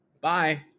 Bye